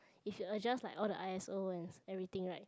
if you adjust like all the i_o_s and everything right